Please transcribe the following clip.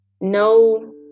no